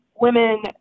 women